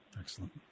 Excellent